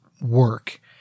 Work